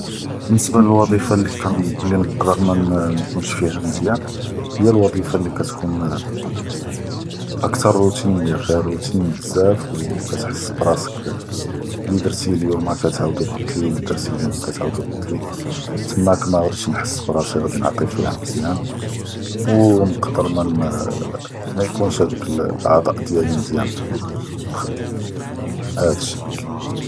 באלניסבה לווד’יפה לי כא נלי נقدر מנכוןש פיה מיז’אן היא לווד’יפה לי כתכון אקטאר רוט’יני פיה, רוט’ין בזאף ו כתחס ברסק’ לי דרתיה אליומה כתג’אודו אלג’ד, לי דרתיה אליומה כתג’אודו אלג’ד, לי תס’מה מג’אדיש נחס ברסק’ כנעלי פיה מיז’אן, ו מן כתר מן אה כאונש האד אלאעתא דיאלי מיז’אן פ אלח’ד’מה, האדא אלשיא לי כאין.